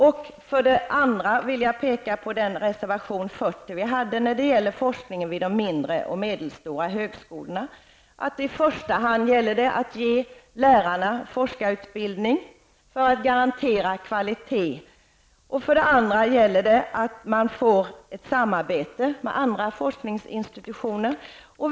I det andra yttrandet hänvisar vi till vår reservation 40 förra året om forskningen vid de mindre och medelstora högskolorna. För det första gäller det att ge lärarna forskarutbildning för att garantera kvalitet. För det andra gäller det att få ett samarbete med andra forskningsinstitutioner.